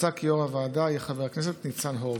מוצע כי יו"ר הוועדה יהיה חבר הכנסת ניצן הורוביץ.